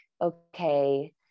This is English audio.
okay